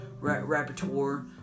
repertoire